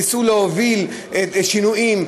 ניסו להוביל שינויים,